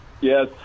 Yes